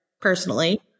personally